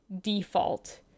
default